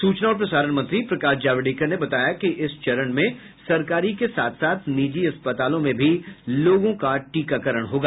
सूचना और प्रसारण मंत्री प्रकाश जावड़ेकर ने बताया कि इस चरण में सरकारी के साथ साथ निजी अस्पतालों में भी लोगों का टीकाकरण होगा